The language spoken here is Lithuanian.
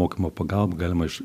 mokymo pagalba galima iš